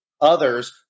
others